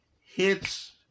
hits